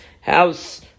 house